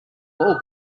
ball